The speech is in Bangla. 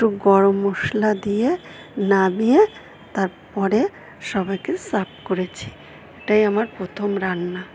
একটু গরম মশলা দিয়ে নামিয়ে তারপরে সবাইকে সার্ব করেছি ওটাই আমার প্রথম রান্না